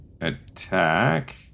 attack